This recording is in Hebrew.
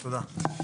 תודה.